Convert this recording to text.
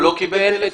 הוא לא קיבל טלפון?